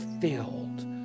filled